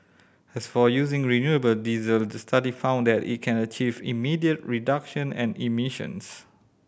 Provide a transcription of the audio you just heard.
as for using renewable diesel the study found that it can achieve immediate reduction and emissions